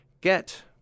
get